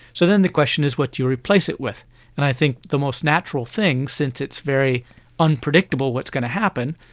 so then the question is what do you replace it with? and i think the most natural thing since it's very unpredictable what's going to happen,